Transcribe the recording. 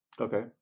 okay